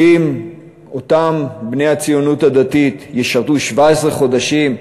אותם בני הציונות הדתית ישרתו 17 חודשים,